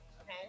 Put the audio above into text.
Okay